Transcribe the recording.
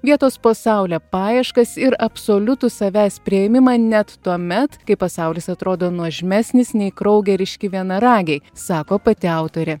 vietos po saule paieškas ir absoliutų savęs priėmimą net tuomet kai pasaulis atrodo nuožmesnis nei kraugeriški vienaragiai sako pati autorė